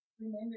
Remember